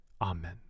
Amen